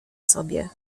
sobie